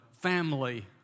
family